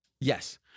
Yes